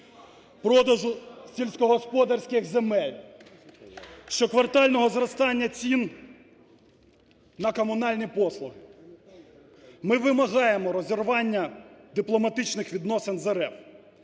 продажу сільськогосподарських земель, щоквартального зростання цін на комунальні послуги. Ми вимагаємо розірвання дипломатичних відносин з РФ.